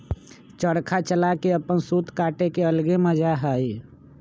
चरखा चला के अपन सूत काटे के अलगे मजा हई